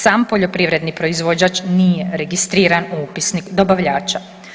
Sam poljoprivredni proizvođač nije registriran u Upisnik dobavljača.